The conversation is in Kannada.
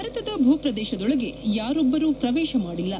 ಭಾರತದ ಭೂಪ್ರದೇಶದೊಳಗೆ ಯಾರೊಬ್ಬರು ಪ್ರವೇಶ ಮಾಡಿಲ್ಲ